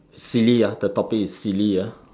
silly ah the topic is silly ah